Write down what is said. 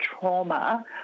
trauma